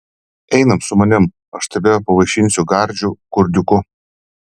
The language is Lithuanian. einam su manim aš tave pavaišinsiu gardžiu kurdiuku